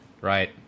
Right